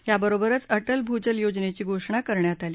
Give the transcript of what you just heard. या बरोबरच अ ऊ भूजल योजनेची घोषणा करण्यात आली